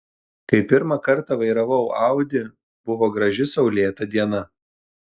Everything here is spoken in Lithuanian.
kai pirmą kartą vairavau audi buvo graži saulėta diena